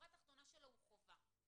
שהתחולה שלו היא חובה.